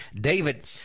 David